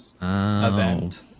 event